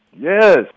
Yes